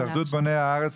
התאחדות בוני הארץ,